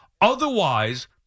Otherwise